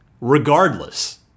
regardless